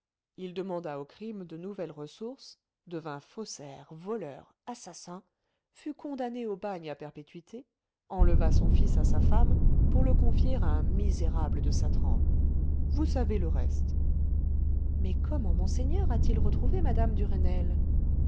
il demanda au crime de nouvelles ressources devint faussaire voleur assassin fut condamné au bagne à perpétuité enleva son fils à sa femme pour le confier à un misérable de sa trempe vous savez le reste mais comment monseigneur a-t-il retrouvé mme